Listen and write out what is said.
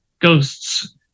ghosts